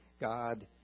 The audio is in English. God